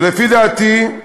ולפי דעתי,